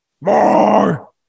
More